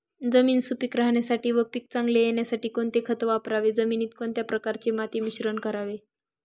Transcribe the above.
जमीन सुपिक राहण्यासाठी व पीक चांगले येण्यासाठी कोणते खत वापरावे? जमिनीत कोणत्या प्रकारचे माती मिश्रण करावे?